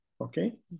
okay